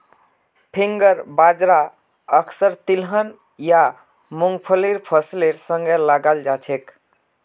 finger बाजरा अक्सर तिलहन या मुंगफलीर फसलेर संगे लगाल जाछेक